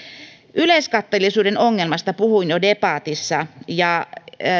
yleiskatteellisuuden ongelmasta puhuin jo debatissa ja